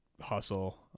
hustle –